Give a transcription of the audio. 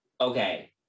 Okay